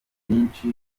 byinshi